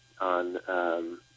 on